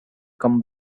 come